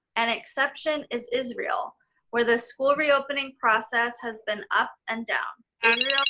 an exception is israel where the school reopening process has been up and down. and you know